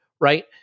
right